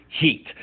Heat